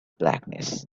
blackness